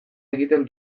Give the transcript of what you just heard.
egiten